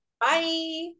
Bye